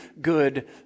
good